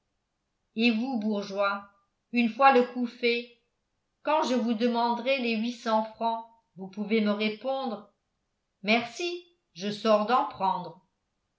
et vous bourgeois une fois le coup fait quand je vous demanderai les huit cents francs vous pouvez me répondre merci je sors d'en prendre